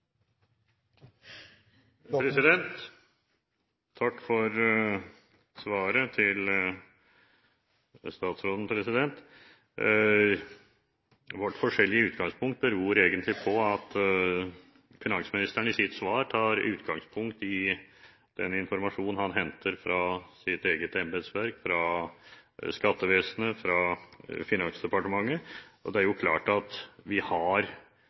i sitt svar tar utgangspunkt i den informasjonen han henter fra sitt eget embetsverk – fra skattevesenet, fra Finansdepartementet. Det er jo klart at vi har